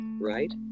Right